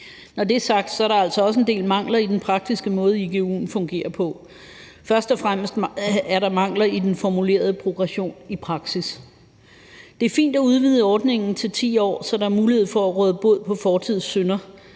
Når det er sagt, er der altså også en del mangler i den praktiske måde, igu'en fungerer på. Først og fremmest er der mangler i den formulerede progression i praksis. Det er fint at udvide ordningen til 10 år, så der er mulighed for at råde bod på fortidens synder,